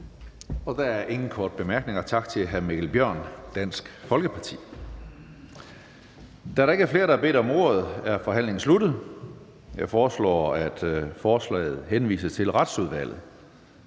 Der er ingen korte bemærkninger. Tak til hr. Mikkel Bjørn, Dansk Folkeparti. Da der ikke er flere, der har bedt om ordet, er forhandlingen sluttet. Jeg foreslår, at forslaget til folketingsbeslutning